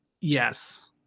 Yes